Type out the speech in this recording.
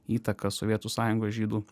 įtaką sovietų sąjungos žydų